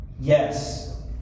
Yes